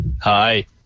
Hi